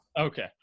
okay